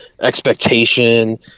expectation